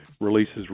releases